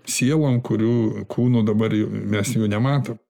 sielom kurių kūnų dabar jau mes jų nematom